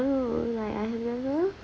!woo! like I have remembered